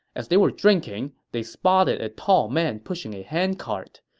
as they were drinking, they spotted a tall man pushing a hand-cart.